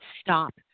stop